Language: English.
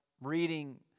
reading